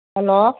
hello